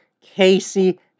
Casey